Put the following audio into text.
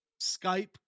Skype